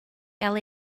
gael